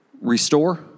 Restore